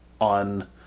on